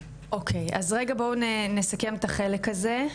אוקי, אז רגע, בואו נסכם את החלק הזה.